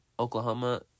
Oklahoma